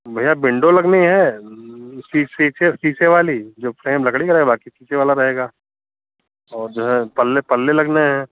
भैया विंडो लगनी है उसकी उसके पीछे पीछे वाला जो फ्रेम लकड़ी का रहेगा शीशे वाला रहेगा और जो है पल्ले पल्ले लगने हैं